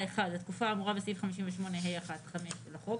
1. התקופה האמורה בסעיף 58(ה1)(5) לחוק